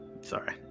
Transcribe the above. Sorry